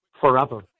forever